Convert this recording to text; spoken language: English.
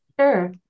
Sure